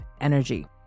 energy